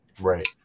Right